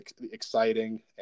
exciting